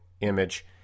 image